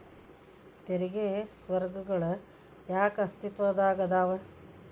ತೆರಿಗೆ ಸ್ವರ್ಗಗಳ ಯಾಕ ಅಸ್ತಿತ್ವದಾಗದವ